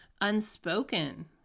unspoken